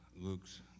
Luke's